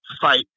fight